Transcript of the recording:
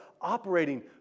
operating